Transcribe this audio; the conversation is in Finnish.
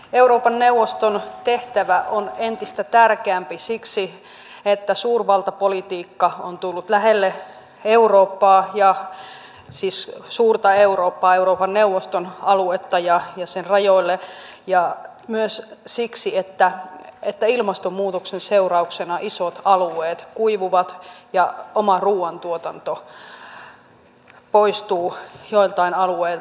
euroopan neuvoston tehtävä on entistä tärkeämpi siksi että suurvaltapolitiikka on tullut lähelle eurooppaa siis suurta eurooppaa lähelle euroopan neuvoston aluetta ja sen rajoille ja myös siksi että ilmastonmuutoksen seurauksena isot alueet kuivuvat ja oma ruoantuotanto poistuu joiltain alueilta